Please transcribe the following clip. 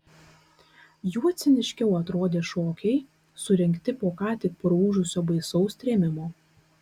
juo ciniškiau atrodė šokiai surengti po ką tik praūžusio baisaus trėmimo